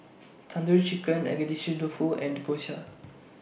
Tandoori Chicken Agedashi Dofu and Gyoza